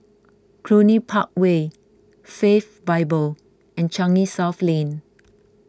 Cluny Park Way Faith Bible and Changi South Lane